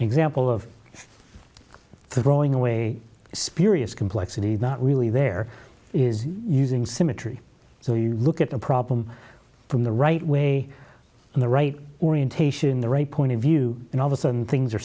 example of throwing away a spurious complexity not really there is using symmetry so you look at the problem from the right way and the right orientation the right point of view and all of a sudden things are